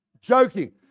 Joking